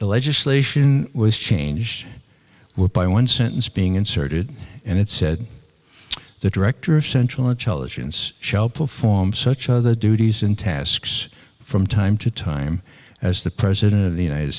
the legislation was changed with by one sentence being inserted and it said the director of central intelligence shall perform such other duties and tasks from time to time as the president of the united